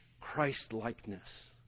Christ-likeness